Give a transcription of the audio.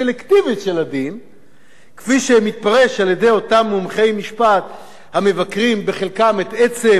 כפי שמתפרש על-ידי אותם מומחי משפט המבקרים בחלקם את עצם הקמת המדינה,